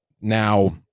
now